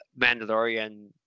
Mandalorian